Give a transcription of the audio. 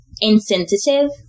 insensitive